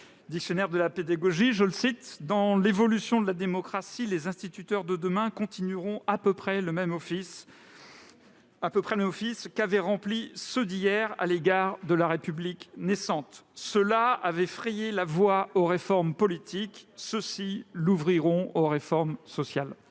Buisson, en 1911, dans son :« Dans l'évolution de la démocratie, les instituteurs de demain continueront à peu près le même office qu'avaient rempli ceux d'hier à l'égard de la République naissante. Ceux-là avaient frayé la voie aux réformes politiques ; ceux-ci l'ouvriront aux réformes sociales. »